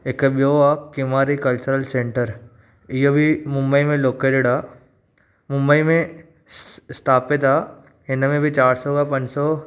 हिकु ॿियो आहे क्युमारी कल्चर सेंटर इहो बि मुंबई में लोकेटिड आहे मुंबई में स्थापित आहे हिन में चारि सौ खां पंज सौ